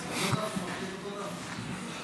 אותו דף, הוא קורא את אותו דף.